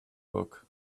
book